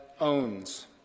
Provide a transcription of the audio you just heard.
owns